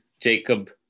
Jacob